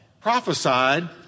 prophesied